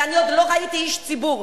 ואני עוד לא ראיתי איש ציבור,